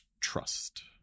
trust